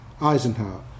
Eisenhower